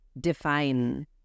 define